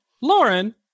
Lauren